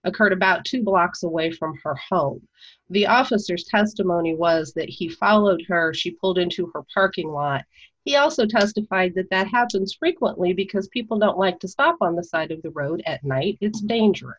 occurred about two blocks away from her home the officers testimony was that he followed her she pulled into her parking lot he also testified that that happens frequently because people don't like to stop on the side of the road at night it's dangerous